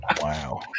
Wow